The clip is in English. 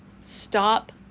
Stop